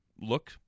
look